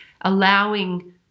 allowing